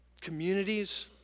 communities